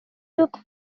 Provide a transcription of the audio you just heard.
took